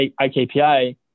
iKPI